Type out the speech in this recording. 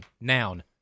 noun